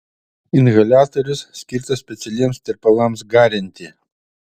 inhaliatorius skirtas specialiems tirpalams garinti